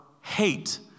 hate